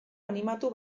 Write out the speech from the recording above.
animatu